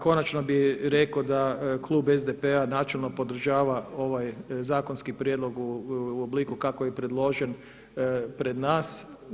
Konačno bih rekao da klub SDP-a načelno podržava ovaj zakonski prijedlog u obliku kako je i predložen pred nas.